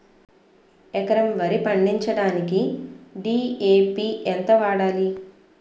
ఎకరం వరి పండించటానికి డి.ఎ.పి ఎంత వాడాలి?